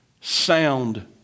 sound